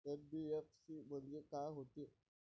NBFC म्हणजे का होते?